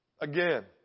again